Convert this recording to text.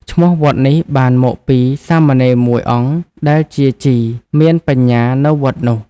ឈ្មោះវត្តនេះបានមកពីសាមណេរមួយអង្គដែលជាជីមានបញ្ញានៅវត្តនោះ។